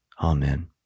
Amen